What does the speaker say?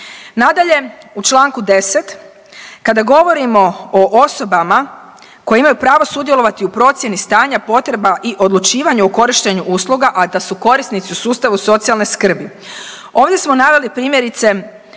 Nadalje u članku 10. kada govorimo o osobama koje imaju pravo sudjelovati u procjeni stanja potreba i odlučivanje o korištenju usluga, a da su korisnici u sustavu socijalne skrbi. Ovdje smo naveli primjerice